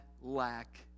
lack